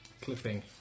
clipping